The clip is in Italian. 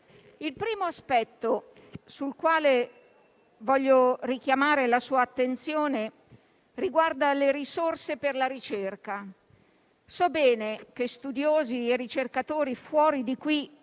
Il primo aspetto sul quale voglio richiamare la sua attenzione riguarda le risorse per la ricerca. So bene che studiosi e ricercatori fuori di qui